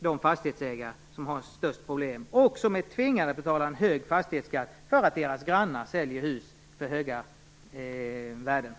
de fastighetsägare som har störst problem och som är tvingade att betala en hög fastighetsskatt för att deras grannar säljer hus för höga summor.